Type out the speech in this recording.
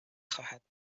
خواهد